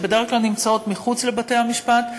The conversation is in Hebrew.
שבדרך כלל נמצאות מחוץ לבתי-המשפט.